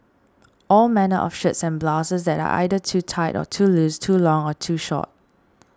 all manner of shirts and blouses that are either too tight or too loose too long or too short